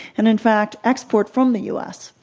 and in fact export from the u. s.